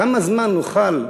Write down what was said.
כמה זמן נוכל,